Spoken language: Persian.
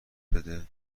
بده